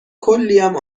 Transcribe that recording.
کلیم